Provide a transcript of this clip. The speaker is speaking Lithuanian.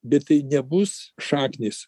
bet tai nebus šaknys